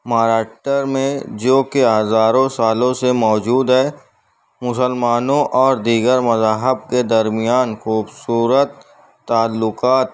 مہاراشٹرا میں جوکہ ہزاروں سالوں سے موجود ہے مسلمانوں اور دیگر مذہب کے درمیان خوبصورت تعلقات